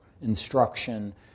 instruction